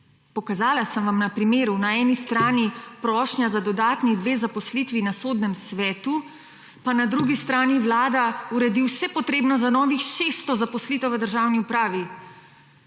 Pokazala sem vam na primeru, na eni strani prošnja za dodatni dve zaposlitvi na Sodnem svetu, na drugi strani pa Vlada uredi vse potrebno za novih 600 zaposlitev v državni upravi.